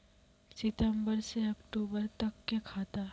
सितम्बर से अक्टूबर तक के खाता?